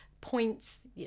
points